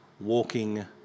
walking